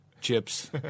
chips